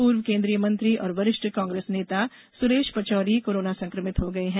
पूर्व केन्द्रीय मंत्री और वरिष्ठ कांग्रेस नेता सुरेश पचौरी कोरोना सक़मित हो गये है